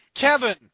Kevin